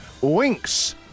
Winks